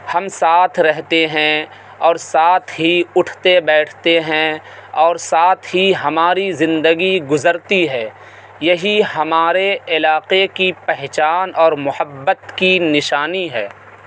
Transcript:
ہم ساتھ رہتے ہیں اور ساتھ ہی اٹھتے بیٹھتے ہیں اور ساتھ ہی ہماری زندگی گزرتی ہے یہی ہمارے علاقے کی پہچان اور محبت کی نشانی ہے